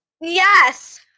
Yes